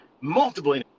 multiple